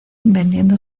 vendiendo